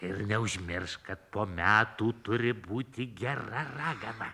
ir neužmiršk kad po metų turi būti gera ragana